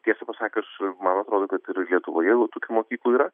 tiesą pasakius man atrodo kad ir lietuvoje jau tokių mokyklų yra